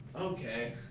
okay